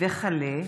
הצעת